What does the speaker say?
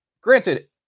granted